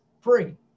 free